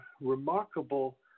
remarkable